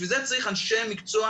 בשביל זה צריך אנשי מקצוע.